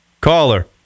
Caller